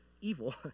evil